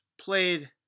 played